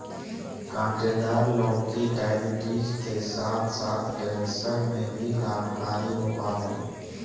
काँटेदार लौकी डायबिटीज के साथ साथ कैंसर में भी लाभकारी होबा हइ